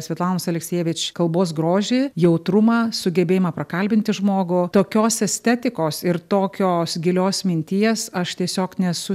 svetlanos aleksijevič kalbos grožį jautrumą sugebėjimą prakalbinti žmogų tokios estetikos ir tokios gilios minties aš tiesiog nesu